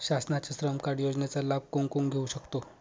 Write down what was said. शासनाच्या श्रम कार्ड योजनेचा लाभ कोण कोण घेऊ शकतो?